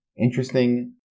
interesting